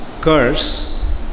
curse